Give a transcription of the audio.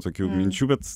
tokių minčių bet